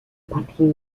partie